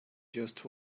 just